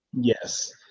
Yes